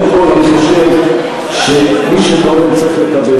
קודם כול, אני חושב שמי שתורם צריך לקבל.